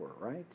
right